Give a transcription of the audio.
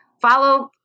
Follow